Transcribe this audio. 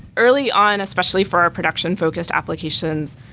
early on, especially for our production focused applications,